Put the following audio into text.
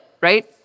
right